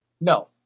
No